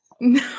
No